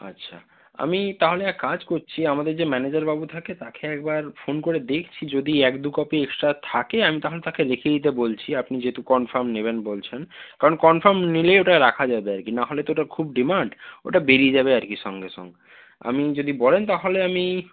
আচ্ছা আমি তাহলে এক কাজ করছি আমাদের যে ম্যানেজারবাবু থাকে তাকে একবার ফোন করে দেখছি যদি এক দুকপি এক্সট্রা থাকে আমি তাহলে তাকে রেখে দিতে বলছি আপনি যেহেতু কনফার্ম নেবেন বলছেন কারণ কনফার্ম নিলেই ওটা রাখা যাবে আর কি না হলে তো ওটার খুব ডিমান্ড ওটা বেরিয়ে যাবে আর কি সঙ্গে সঙ্গে আপনি যদি বলেন তাহলে আমি